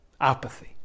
Apathy